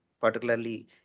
particularly